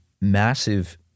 massive